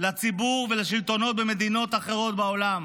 לציבור ולשלטונות במדינות אחרות בעולם